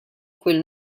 quel